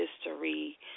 history